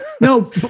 No